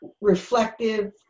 reflective